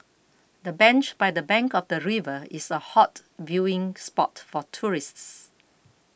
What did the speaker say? the bench by the bank of the river is a hot viewing spot for tourists